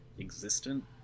existent